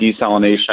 desalination